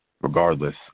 regardless